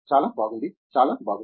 చాలా బాగుంది చాలా బాగుంది